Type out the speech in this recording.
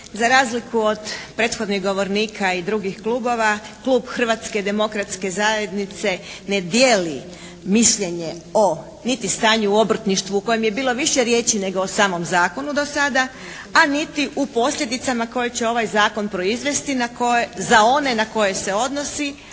Za razliku od prethodnih govornika i drugih kluba klub Hrvatske demokratske zajednice ne dijeli mišljenje o niti stanju o obrtništvu o kojem je bilo više riječi nego o samom zakonu do sada, a niti u posljedicama koje će ovaj Zakon proizvesti za one na koje se odnosi,